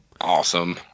Awesome